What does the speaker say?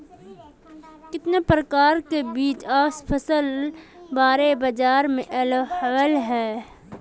कितने प्रकार के बीज असल बार बाजार में ऐले है?